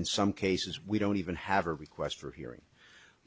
in some cases we don't even have a request for hearing